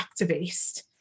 activist